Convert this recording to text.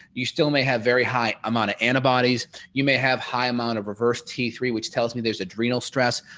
you still may have very high amount of antibodies you may have high amount of reverse t three which tells me there's adrenal stress.